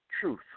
Truth